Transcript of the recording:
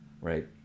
right